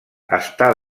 està